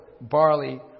barley